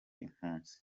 impunzi